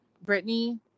Brittany